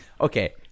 okay